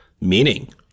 meaning